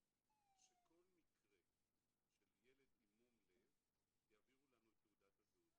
שכל מקרה של ילד עם מום לב יעבירו לנו את תעודת הזהות,